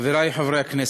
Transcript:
חברי חברי הכנסת,